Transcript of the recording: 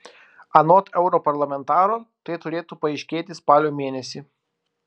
anot europarlamentaro tai turėtų paaiškėti spalio mėnesį